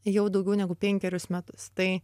jau daugiau negu penkerius metus tai